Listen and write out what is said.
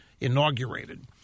inaugurated